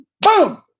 boom